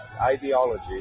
ideology